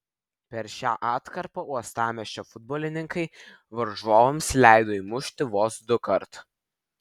per šią atkarpą uostamiesčio futbolininkai varžovams leido įmušti vos dukart